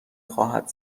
خواهد